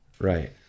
right